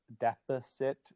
deficit